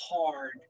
hard